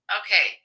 okay